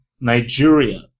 Nigeria